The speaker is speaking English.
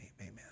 amen